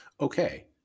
Okay